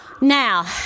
now